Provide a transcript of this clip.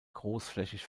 großflächig